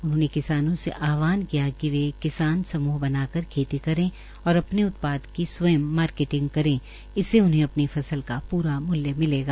उन्होंने किसानों से आहवान किया कि वे किसान समूह बनार खेती करे और अपने उत्पाद की स्वंय मार्किटग करे इससे उन्हें अपनी फसल का पूरा मूल्य मिलेगा